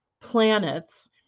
planets